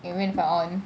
even if I on